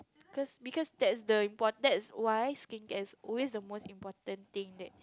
cause because that's the import~ that's why skincare is always the most important thing that